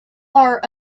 are